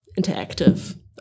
interactive